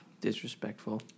Disrespectful